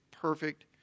perfect